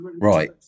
Right